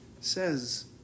says